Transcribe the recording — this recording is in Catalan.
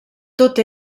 tot